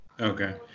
Okay